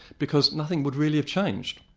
because nothing would really have changed.